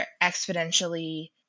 exponentially